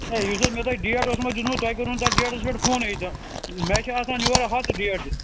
ہَے یُس حظ مےٚ تۄہہِ ڈیٹ اوسمو دیُتمُت تۄہہِ کوٚروٕ نہٕ تَتھ ڈیٹَس پٮ۪ٹھ فونٕے تہٕ مےٚ چھِ آسان یورٕ ہَتھ ڈیٹہٕ